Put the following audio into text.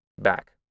back